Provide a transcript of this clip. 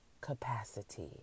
capacity